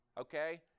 Okay